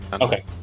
Okay